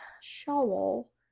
Shawl